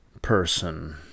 person